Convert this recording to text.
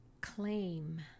claim